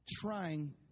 trying